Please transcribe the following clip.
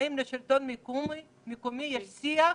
האם לשלטון המקומי יש שיח